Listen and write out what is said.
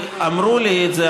אמרו לי את זה,